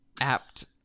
apt